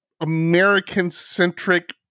American-centric